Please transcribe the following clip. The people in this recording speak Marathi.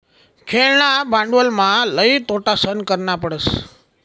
खेळणा भांडवलमा लई तोटा सहन करना पडस